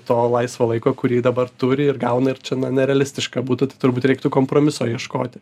to laisvo laiko kurį dabar turi ir gauna ir čia nerealistiška būtų tad turbūt reiktų kompromiso ieškoti